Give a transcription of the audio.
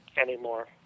anymore